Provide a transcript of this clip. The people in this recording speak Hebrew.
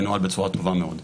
מנוהל בצורה טובה מאוד.